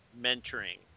mentoring